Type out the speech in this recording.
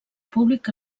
públic